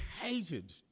hated